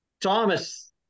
Thomas